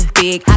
big